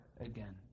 again